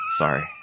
Sorry